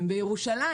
הן בירושלים,